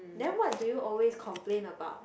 then what do you always complain about